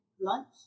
lunch